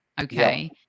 okay